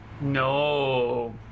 No